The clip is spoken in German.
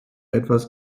etwas